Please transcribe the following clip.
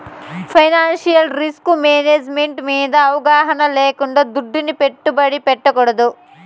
financial risk management మింద అవగాహన లేకుండా దుడ్డుని పెట్టుబడి పెట్టకూడదు